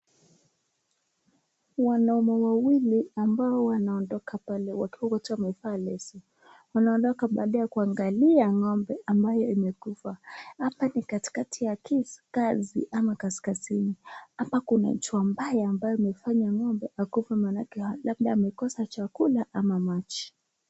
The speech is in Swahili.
Wanaume wawili ambao wanaondoka plae wakiwa wote wamevaa leso. Wanaondoka baada ya kuangalia ng'ombe ambayo imekufa. Hapa ni katikati ya kasi ama kaskazini hapa kuna jua mbaya ambayo imefanya ng'ombe akufe maanake labda amekosa chakula ama maji.